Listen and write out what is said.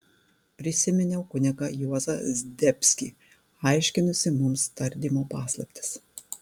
prisiminiau kunigą juozą zdebskį aiškinusį mums tardymo paslaptis